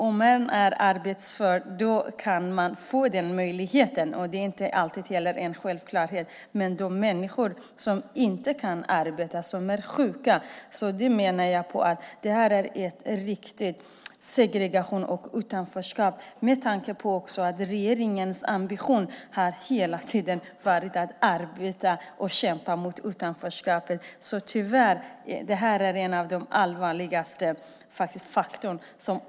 Om man är arbetsför kan man få den möjligheten, även om det inte alltid är en självklarhet, men de människor som inte kan arbeta, som är sjuka, drabbas av segregation och utanförskap. Samtidigt har ju regeringens ambition hela tiden varit att arbeta och kämpa mot utanförskapet, som ju är ett allvarligt problem.